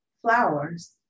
flowers